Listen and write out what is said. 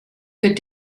good